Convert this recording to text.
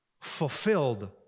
fulfilled